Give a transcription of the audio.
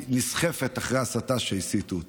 נסחפת אחרי ההסתה שהסיתו אותה.